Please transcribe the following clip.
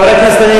חברי הכנסת,